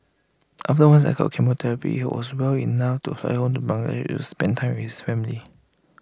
after one cycle of chemotherapy he was well enough to fly home to Bangladesh to spend time with his family